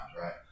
right